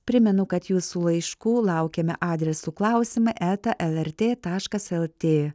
primenu kad jūsų laiškų laukiame adresu klausimai eta lrt taškas lt